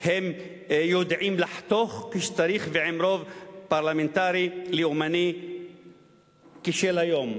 הם יודעים לחתוך כשצריך ועם רוב פרלמנטרי לאומני כשל היום.